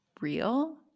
real